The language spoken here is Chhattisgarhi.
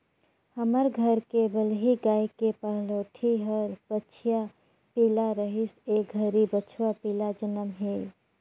हमर घर के बलही गाय के पहलोठि हर बछिया पिला रहिस ए घरी बछवा पिला जनम हे